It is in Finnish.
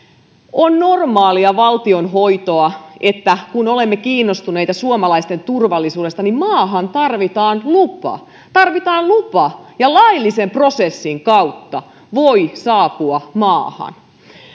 on normaalia valtionhoitoa että kun olemme kiinnostuneita suomalaisten turvallisuudesta niin maahan saapumiseen tarvitaan lupa tarvitaan lupa ja laillisen prosessin kautta voi saapua maahan